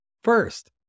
First